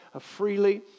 freely